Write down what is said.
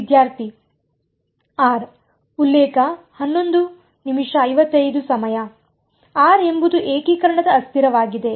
ವಿದ್ಯಾರ್ಥಿ R r ಎಂಬುದು ಏಕೀಕರಣದ ಅಸ್ಥಿರವಾಗಿದೆ